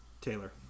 Taylor